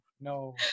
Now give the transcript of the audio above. no